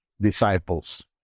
disciples